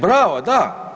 Bravo, da.